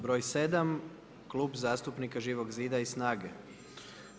Broj 7. Klub zastupnika Živog zida i SNAGA-e.